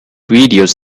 videos